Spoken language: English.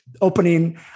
Opening